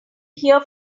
hear